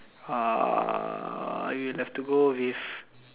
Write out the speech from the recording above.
uh I will have to go with